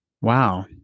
Wow